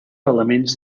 elements